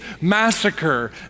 massacre